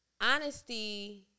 Honesty